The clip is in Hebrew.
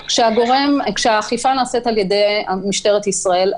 כשהאכיפה נעשית על-ידי משטרת ישראל,